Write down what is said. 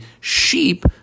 sheep